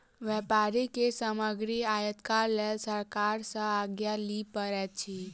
व्यापारी के सामग्री आयातक लेल सरकार सॅ आज्ञा लिअ पड़ैत अछि